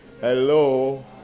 Hello